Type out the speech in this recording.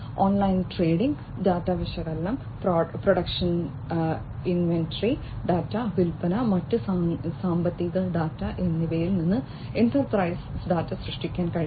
online trading data വിശകലനം production inventory data വിൽപ്പന മറ്റ് സാമ്പത്തിക ഡാറ്റ എന്നിവയിൽ നിന്ന് എന്റർപ്രൈസ് ഡാറ്റ സൃഷ്ടിക്കാൻ കഴിയും